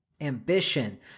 Ambition